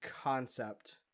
concept